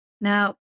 now